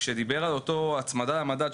כשדובר על אותה הצמדה למדד,